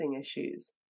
issues